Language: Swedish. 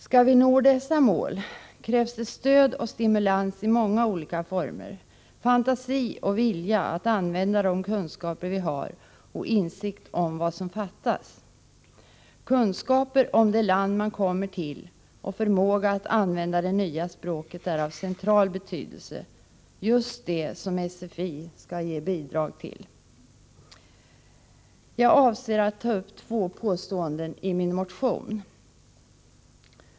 Skall vi nå dessa mål krävs det stöd och stimulans i många olika former, fantasi och vilja att använda de kunskaper vi har och insikt om vad som fattas. Kunskaper om det land man kommer till och förmåga att använda det nya språket är av central betydelse. Det är just detta som SFI skall ge bidrag till. Jag avser att ta upp två påståenden i min motion.